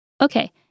Okay